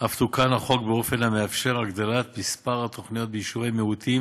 אף תוקן החוק באופן המאפשר הגדלת מספר התוכניות ביישובי מיעוטים